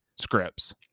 scripts